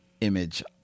image